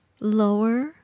lower